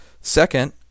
Second